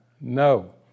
No